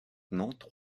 maintenant